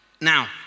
Now